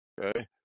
Okay